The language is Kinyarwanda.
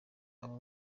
aba